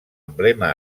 emblema